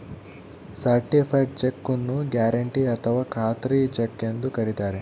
certified cheque ನ್ನು guarantee ಅಥಾವ ಖಾತ್ರಿ ಚೆಕ್ ಎಂದು ಕರಿತಾರೆ